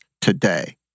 today